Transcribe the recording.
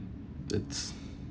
that's